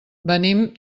venim